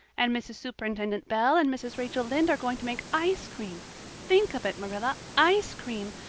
and mrs. superintendent bell and mrs. rachel lynde are going to make ice cream think of it, marilla ice cream!